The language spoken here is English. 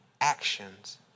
actions